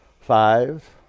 five